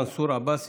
מנסור עבאס,